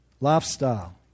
lifestyle